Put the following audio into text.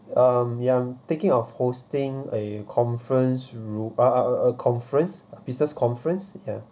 um ya I'm thinking of hosting a conference room uh a a conference business conference ya